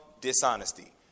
dishonesty